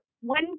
one